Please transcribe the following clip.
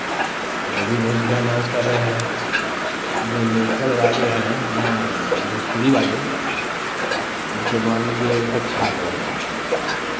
वो भी बहुत बढ़ियाँ डांस कर रहे हैं जो लोकल वाले हैं यहाँ भोजपुरी वाले वो तो मान लीजिये छा गए हैं